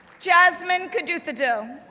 jasmine kaduthodil,